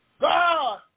God